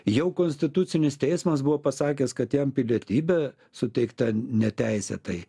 jau konstitucinis teismas buvo pasakęs kad jam pilietybė suteikta neteisėtai